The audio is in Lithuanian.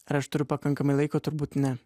aš turiu pakankamai laiko turbūt ne